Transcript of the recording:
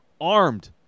armed